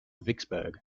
vicksburg